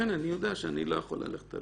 ולכן אני יודע שאני לא יכול ללכת עליה.